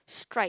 stripe